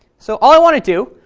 so all i want to do